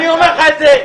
אני אומר לך את זה.